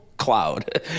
cloud